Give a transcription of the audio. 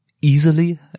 easily